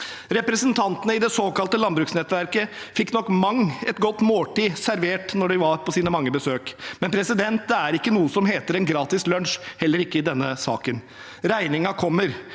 Representantene i det såkalte landbruksnettverket fikk nok mangt et godt måltid servert da de var på sine mange besøk, men det er ikke noe som heter en gratis lunsj, heller ikke i denne saken. Regningen kommer,